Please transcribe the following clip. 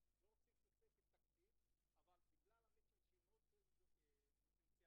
זה לא פוטר את משרד העבודה והרווחה מאחריותו,